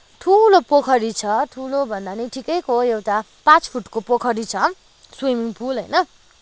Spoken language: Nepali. ठुलो पोखरी छ ठुलो भन्दा नि ठिकैको एउटा पाँच फुटको पोखरी छ स्विमिङ पुल होइन